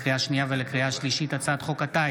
לקריאה שנייה ולקריאה שלישית: